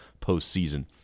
postseason